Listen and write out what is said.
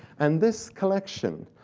and this collection,